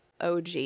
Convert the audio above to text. Og